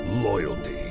loyalty